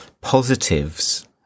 positives